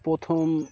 প্রথম